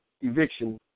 eviction